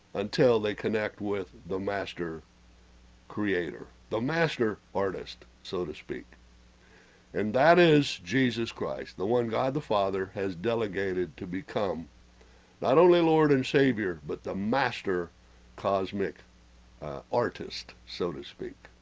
until they connect with the master creator the master artists so to speak and that is jesus christ the one god the father has delegated to become not only lord and savior but the master cosmic artist so to speak,